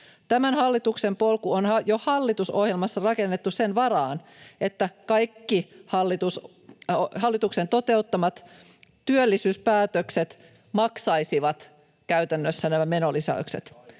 Tämän hallituksen polku on jo hallitusohjelmassa rakennettu sen varaan, että kaikki hallituksen toteuttamat työllisyyspäätökset käytännössä maksaisivat nämä menolisäykset.